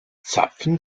zapfen